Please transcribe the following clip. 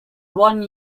one